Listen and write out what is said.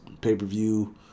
pay-per-view